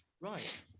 Right